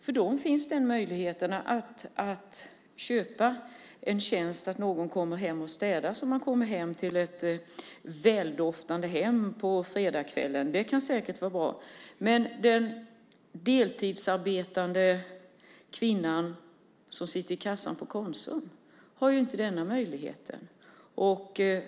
För dem finns möjligheten att köpa en tjänst, som innebär att någon kommer hem och städar så att man kommer hem till ett väldoftande hem på fredagskvällen. Det kan säkert vara bra. Men den deltidsarbetande kvinnan som sitter i kassan på Konsum har inte den möjligheten.